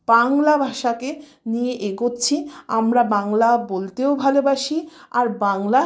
বাংলা ভাষাকে নিয়ে এগোচ্ছি আমরা বাংলা বলতেও ভালোবাসি আর বাংলা